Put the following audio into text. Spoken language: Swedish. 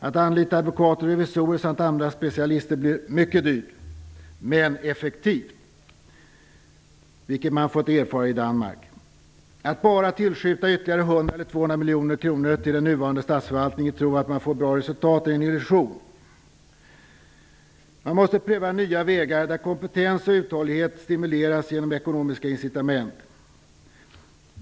Att anlita advokater och revisorer samt andra specialister blir dyrt men effektivt, vilket man fått erfara i Danmark. Att bara tillskjuta ytterligare 100 eller 200 miljoner kronor till den nuvarande statsförvaltningen och tro att vi får bra resultat är en illusion. Man måste pröva nya vägar, där kompetens och uthållighet stimuleras genom ekonomiska incitament.